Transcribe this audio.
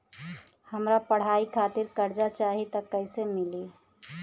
हमरा पढ़ाई खातिर कर्जा चाही त कैसे मिली?